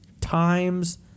times